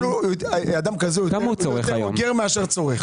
הוא יותר אוגר מאשר מבוגר.